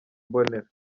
mbonera